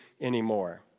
anymore